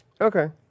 Okay